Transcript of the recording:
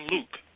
Luke